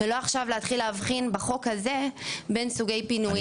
ולא עכשיו להתחיל להבחין בחוק הזה בין סוגי פינויים.